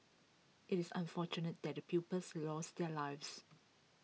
IT is unfortunate that the pupils lost their lives